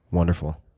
wonderful.